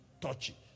touchy